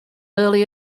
early